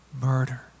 murder